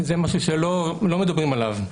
זה משהו שלא מדברים עליו.